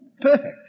Perfect